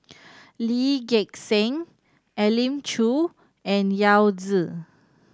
Lee Gek Seng Elim Chew and Yao Zi